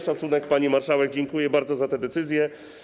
Szacunek, pani marszałek, dziękuję bardzo za te decyzje.